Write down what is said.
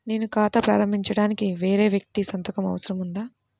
నేను ఖాతా ప్రారంభించటానికి వేరే వ్యక్తి సంతకం అవసరం ఉందా?